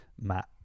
Matt